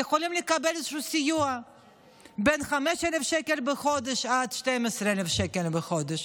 יכולים לקבל איזשהו סיוע בין 5,000 שקל בחודש ל-12,000 שקל בחודש.